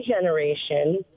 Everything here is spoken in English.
generation